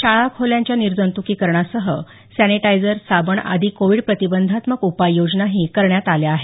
शाळाखोल्यांच्या निर्जंतुकीकरणासह सॅनिटायझर साबण आदी कोविड प्रतिबंधात्मक उपाययोजनाही करण्यात आल्या आहेत